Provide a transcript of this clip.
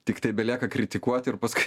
tiktai belieka kritikuot ir paskui